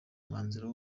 umwanzuro